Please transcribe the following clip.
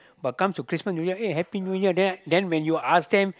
but comes to Christmas New Year hey Happy New Year then then when you ask them